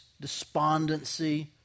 despondency